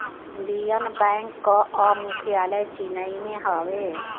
Indian Bank कअ मुख्यालय चेन्नई में हवे